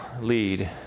lead